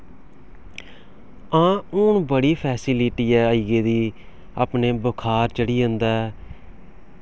हां हून बड़ी फेस्लिटी ऐ आई गेदी अपने बखार चढ़ी जंदा ऐ